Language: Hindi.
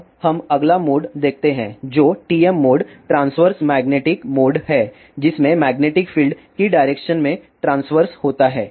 अब हम अगला मोड देखते हैं जो TM mode transverse magnetic mode है जिसमें मैग्नेटिक फील्ड प्रोपागेशन की डायरेक्शन में ट्रांसवर्स होता है